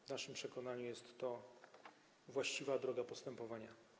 W naszym przekonaniu jest to właściwa droga postępowania.